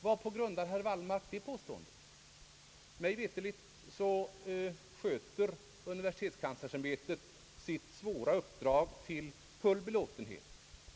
Varpå grundar herr Wallmark det påståendet? Mig veterligt sköter universitetskanslersämbetet sitt svåra uppdrag till full belåtenhet.